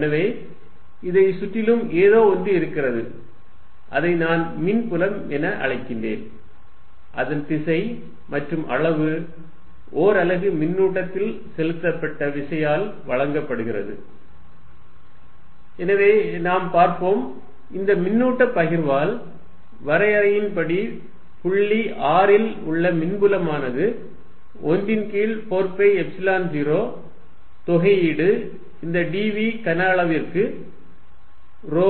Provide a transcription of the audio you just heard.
எனவே இதைச் சுற்றிலும் ஏதோ ஒன்று இருக்கிறது அதை நான் மின்புலம் என அழைக்கிறேன் அதன் திசை மற்றும் அளவு ஓர் அலகு மின்னூட்டத்தில் செலுத்தப்பட்ட விசையால் வழங்கப்படுகிறது எனவே நாம் பார்ப்போம் இந்த மின்னூட்ட பகிர்வால் வரையறையின்படி புள்ளி r இல் உள்ள மின்புலமானது 1 ன் கீழ் 4 பை எப்சிலன் 0 தொகையீடு இந்த dv கன அளவுக்கு ρ